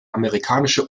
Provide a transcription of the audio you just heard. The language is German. amerikanische